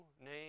name